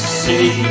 see